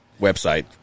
Website